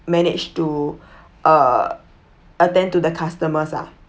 managed to uh attend to the customers ah